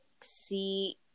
see